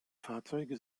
fahrzeuge